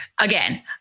again